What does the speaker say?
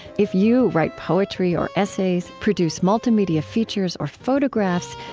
if you write poetry or essays, produce multimedia features or photographs,